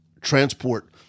transport